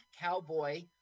Cowboy